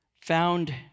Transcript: found